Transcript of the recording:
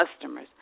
customers